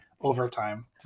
overtime